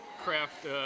craft